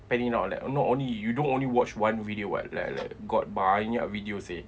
plan it out like not only you don't only watch one video what like like got banyak video seh